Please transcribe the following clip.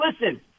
listen